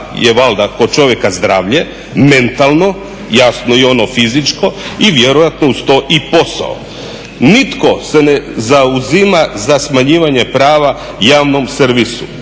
je valjda kod čovjeka zdravlje, mentalno, jasno i ono fizičko i vjerojatno uz to i posao. Nitko se ne zauzima za smanjivanje prava javnom servisu,